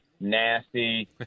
nasty